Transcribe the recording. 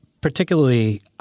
Particularly